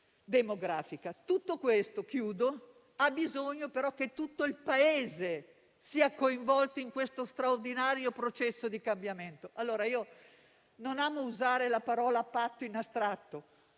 curva demografica. C'è bisogno però che tutto il Paese sia coinvolto in questo straordinario processo di cambiamento. Pertanto, io non amo usare la parola «patto» in astratto.